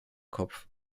kopf